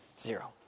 Zero